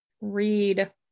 read